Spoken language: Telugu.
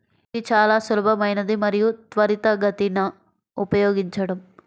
ఇది చాలా సులభమైనది మరియు త్వరితగతిన ఉపయోగించడం